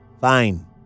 Fine